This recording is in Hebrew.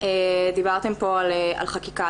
דיברתן פה על חקיקה,